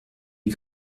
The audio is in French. les